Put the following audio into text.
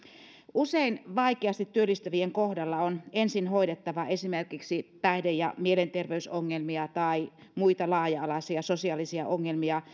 usein vaikeasti työllistyvien kohdalla on ensin hoidettava esimerkiksi päihde ja mielenterveysongelmia tai muita laaja alaisia sosiaalisia ongelmia